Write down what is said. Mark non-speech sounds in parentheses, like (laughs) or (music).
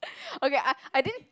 (laughs) okay I I didn't